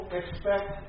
expect